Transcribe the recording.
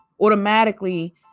Automatically